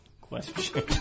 question